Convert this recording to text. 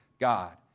God